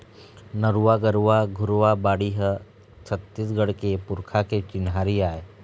नरूवा, गरूवा, घुरूवा, बाड़ी ह छत्तीसगढ़ के पुरखा के चिन्हारी आय